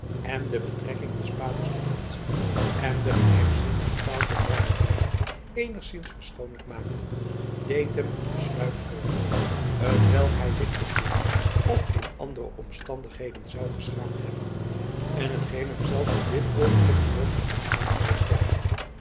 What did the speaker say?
èn de betrekking des paters tot madzy èn de geheimzinnige taal van barbanera eenigszins verschoonlijk maakten deed hem een besluit vormen t welk hij zich te voren of in andere omstandigheden zou geschaamd hebben en t geen hem zelfs op dit oogenblik een blos op het aangezicht jaagde